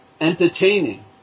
entertaining